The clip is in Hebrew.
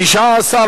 1 לא נתקבלה.